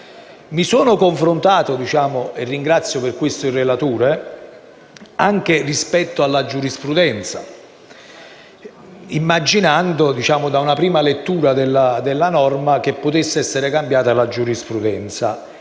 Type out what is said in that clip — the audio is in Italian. Mi sono confrontato - e ringrazio per questo il relatore - anche rispetto alla giurisprudenza, immaginando, dalla prima lettura della norma, che potesse essere cambiata. Devo dire